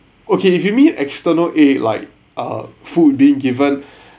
okay if you mean external a like uh food being given